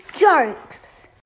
jokes